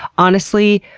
honestly,